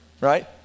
right